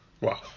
Wow